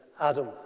Adam